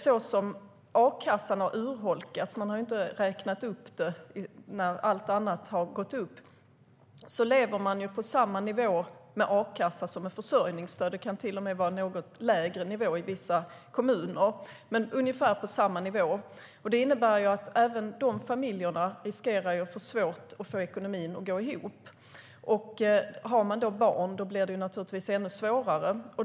Så som a-kassan har urholkats - den har inte räknats upp när allt annat har gått upp - lever man på samma nivå med a-kassa som man gör med försörjningsstöd. Det kan till och med vara något lägre nivå i vissa kommuner, men det är ungefär samma nivå. Det innebär att även dessa familjer riskerar att ha svårt att få ekonomin att gå ihop. Har man då barn blir det naturligtvis ännu svårare.